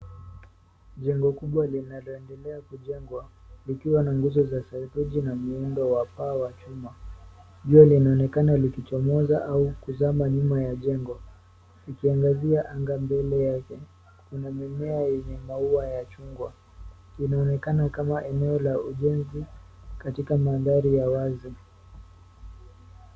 Jengo kubwa linaloendelea kujengwa likiwa na nguzo za saruji na muundo wa paa wa chuma. Jua linaonekana likichomoza au kuzama nyuma ya jengo ikiangazia anga mbele yake. Kuna mimea yenye maua ya chungwa. Inaonekana kama eneo la ujenzi katika mandhari ya wazi.